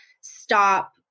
stop